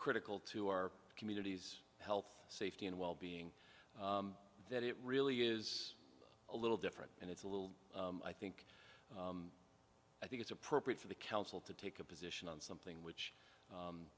critical to our communities health safety and well being that it really is a little different and it's a little i think i think it's appropriate for the council to take a position on something which